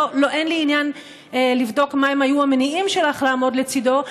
אין לי עניין לבדוק מה היו המניעים שלך לעמוד לצידו,